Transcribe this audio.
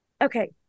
Okay